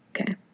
Okay